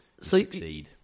succeed